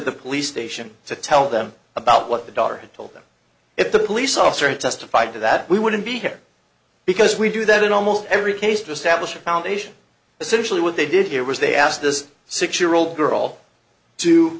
the police station to tell them about what the daughter had told them if the police officer testified to that we wouldn't be here because we do that in almost every case to establish a foundation essentially what they did here was they asked this six year old girl to